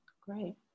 great